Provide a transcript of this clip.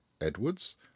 Edwards